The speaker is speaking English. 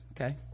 okay